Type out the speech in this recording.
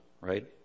right